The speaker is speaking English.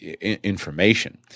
information